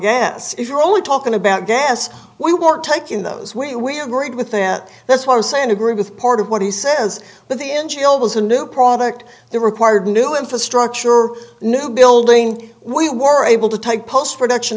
gas if you're only talking about gas we weren't taking those we agreed with that that's why i'm saying agree with part of what he says but the n g l s was a new product they required new infrastructure or new building we were able to take post production